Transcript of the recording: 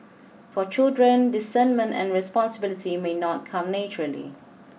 for children discernment and responsibility may not come naturally